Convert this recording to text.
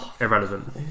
irrelevant